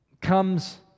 comes